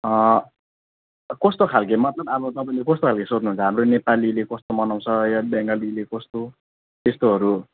अँ कस्तो खालके मतलब अब तपाईँले कस्तो खालके सोध्नुहुन्छ हाम्रो नेपालीले कस्तो मनाउँछ या बङ्गालीले कस्तो त्यस्तोहरू